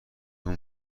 اون